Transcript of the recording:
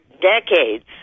decades